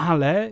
Ale